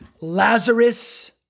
Lazarus